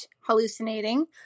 hallucinating